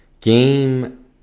game